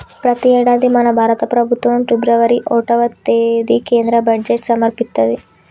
ప్రతి యేడాది మన భారత ప్రభుత్వం ఫిబ్రవరి ఓటవ తేదిన కేంద్ర బడ్జెట్ సమర్పిత్తది